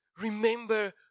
Remember